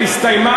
אתה גזען,